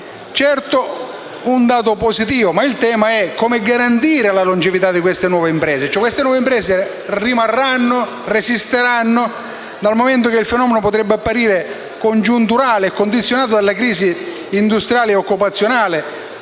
è un dato positivo, ma il tema è come garantire la longevità delle nuove imprese. Ci chiediamo se le nuove imprese resisteranno, dal momento che il fenomeno potrebbe apparire congiunturale e condizionato dalla crisi industriale e occupazionale,